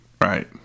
Right